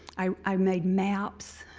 i made maps,